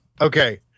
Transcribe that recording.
okay